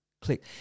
click